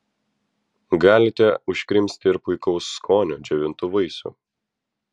galite užkrimsti ir puikaus skonio džiovintų vaisių